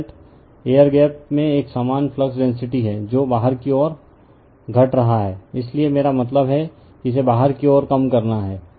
result air gap में एक समान फ्लक्स डेंसिटी है जो बाहर की ओर घट रहा है इसलिए मेरा मतलब है कि इसे बाहर की ओर कम करना है